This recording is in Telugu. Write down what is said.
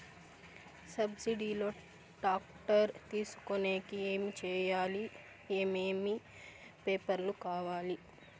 సబ్సిడి లో టాక్టర్ తీసుకొనేకి ఏమి చేయాలి? ఏమేమి పేపర్లు కావాలి?